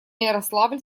ярославль